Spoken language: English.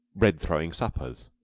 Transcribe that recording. bread-throwing suppers,